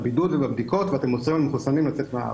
בבידוד ובבדיקות ואתם אוסרים על מחוסנים לצאת מהארץ?